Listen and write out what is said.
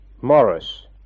Morris